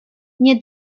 nie